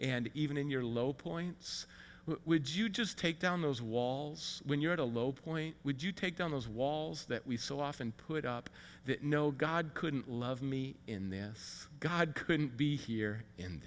and even in your low points would you just take down those walls when you're at a low point would you take down those walls that we so often put up that no god couldn't love me in this god couldn't be here in